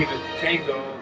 even though